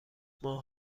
ماه